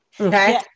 okay